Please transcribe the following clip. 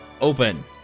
open